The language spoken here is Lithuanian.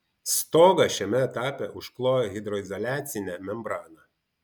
stogą šiame etape užklojo hidroizoliacine membrana